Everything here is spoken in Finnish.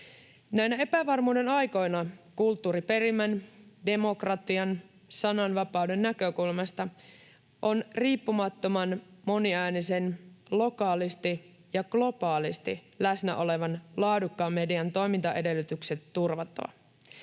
Näinä epävarmuuden aikoina kulttuuriperimän, demokratian ja sananvapauden näkökulmasta on riippumattoman, moniäänisen, lokaalisti ja globaalisti läsnä olevan ja laadukkaan median toimintaedellytykset turvattava.